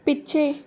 ਪਿੱਛੇ